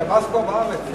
שב"ס כבר בארץ.